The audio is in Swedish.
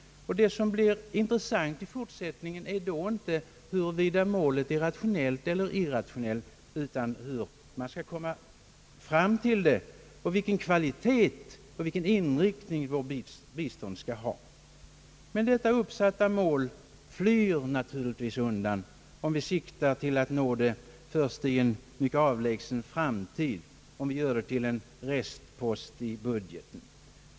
Vad som är intressant i fortsättningen är inte huruvida målet är rationellt eller irrationeilt utan hur man skall uppnå det och vilken kvalitet och vilken inriktning vårt bistånd skall få. Men detta uppsatta mål flyr naturligtvis undan om vi siktar till att nå det först i en mycket avlägsen framtid eller om det blir en restpost i budgeten.